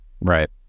right